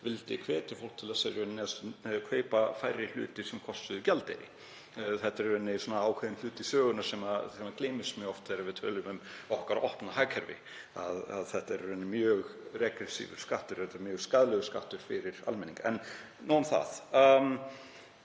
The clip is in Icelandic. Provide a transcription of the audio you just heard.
ríkið hvetja fólk til að kaupa færri hluti sem kostuðu gjaldeyri. Þetta er ákveðinn hluti sögunnar sem gleymist mjög oft þegar við tölum um okkar opna hagkerfi. Þetta er í rauninni mjög regressífur skattur, þetta er mjög skaðlegur skattur fyrir almenning. En nóg